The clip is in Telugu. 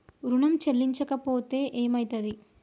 ఋణం చెల్లించకపోతే ఏమయితది?